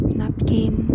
napkin